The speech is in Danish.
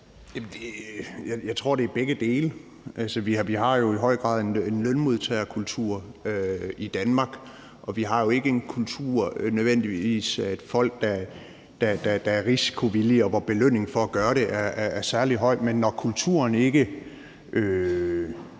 Jeg tror, det er begge dele. Vi har jo i høj grad en lønmodtagerkultur i Danmark, og vi har ikke nødvendigvis en kultur, hvor folk er risikovillige, og hvor belønningen for at være det er særlig høj. Men når kulturen lader